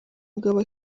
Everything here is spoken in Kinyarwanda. umugabo